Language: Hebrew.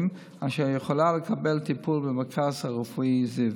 אשר יכולה לקבל טיפול במרכז הרפואי זיו.